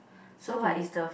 so do you